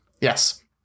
yes